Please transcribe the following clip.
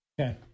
Okay